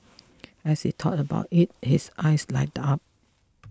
as he talks about it his eyes light up